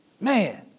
Man